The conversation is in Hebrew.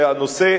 הנושא,